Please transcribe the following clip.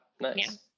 nice